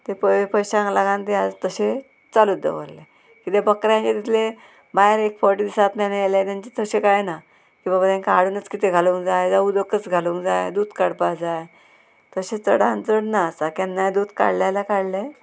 ते पय पयशांक लागून ते तशे चालूच दवरलें किद्या बकऱ्यांचे तितले भायर एक फावट दिसांतल्यान येले तेंचे तशें कांय ना की बाबा तेंका हाडुनूच कितें घालूंक जाय जावं उदकच घालूंक जाय दूद काडपा जाय तशें चडान चड ना आसा केन्नाय दूद काडलें जाल्यार काडलें